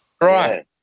Right